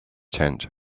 tent